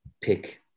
pick